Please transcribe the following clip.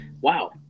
wow